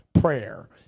prayer